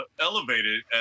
elevated